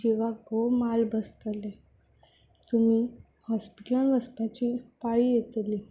जिवाक खूब माल बसतलें तुमी हॉस्पिटलांत वचपाची पाळी येतली